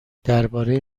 درباره